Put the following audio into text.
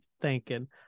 thanking